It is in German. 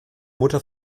mutter